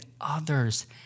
others